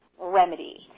Remedy